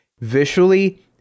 visually